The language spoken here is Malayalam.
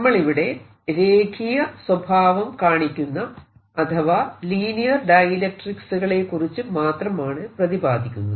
നമ്മളിവിടെ രേഖീയ സ്വഭാവം കാണിക്കുന്ന അഥവാ ലീനിയർ ഡൈഇലക്ട്രിക്സുകളെ കുറിച്ച് മാത്രമാണ് പ്രതിപാദിക്കുന്നത്